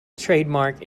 trademark